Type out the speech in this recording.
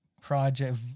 project